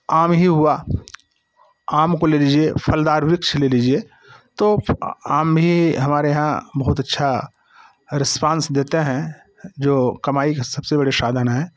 आम ही हुआ आम को ले लीजिए फलदार वृक्ष भी ले लीजिए तो आम भी हमारे यहाँ बहुत अच्छा रिस्पांस देते हैं जो कमाई के सबसे बड़े साधन हैं